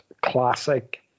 classic